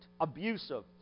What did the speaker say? abusive